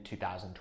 2020